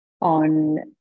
on